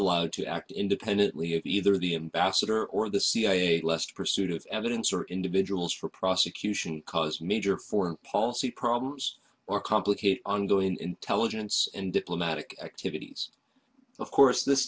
allowed to act independently of either the ambassador or the cia lest pursuit of evidence or individuals for prosecution cause major foreign policy problems or complicate ongoing intelligence and diplomatic activities of course this